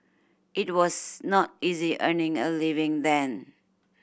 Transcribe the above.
it was not easy earning a living then